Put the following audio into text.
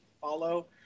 follow